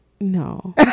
No